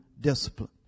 discipline